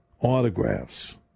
Autographs